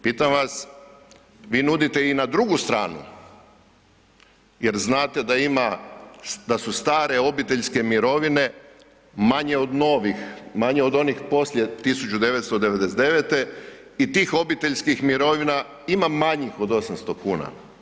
Pitam vas, vi nudite i na drugu stranu jer znate da ima, da su stare obiteljske mirovine manje od novih, manje od onih poslije 1999. i tih obiteljskih mirovina manjih od 800 kuna.